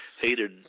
hated